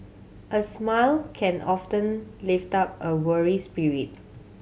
a smile can often lift up a weary spirit